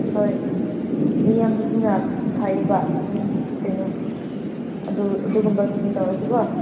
ꯍꯣꯏ ꯃꯤ ꯌꯥꯝꯕꯗꯨꯅ ꯐꯩꯌꯦꯕ ꯑꯗꯨꯝ ꯀꯩꯅꯣ ꯑꯗꯨ ꯑꯗꯨꯒꯨꯝꯕꯒꯤ ꯇꯧꯔꯁꯤ ꯀꯣ